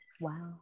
Wow